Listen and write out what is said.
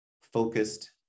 focused